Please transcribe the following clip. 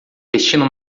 vestindo